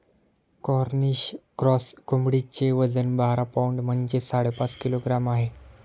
Cornish cross कोंबडीचे वजन बारा पौंड म्हणजेच साडेपाच किलोग्रॅम आहे